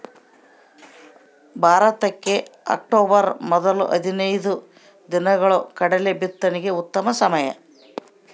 ಭಾರತಕ್ಕೆ ಅಕ್ಟೋಬರ್ ಮೊದಲ ಹದಿನೈದು ದಿನಗಳು ಕಡಲೆ ಬಿತ್ತನೆಗೆ ಉತ್ತಮ ಸಮಯ